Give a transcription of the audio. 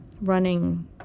Running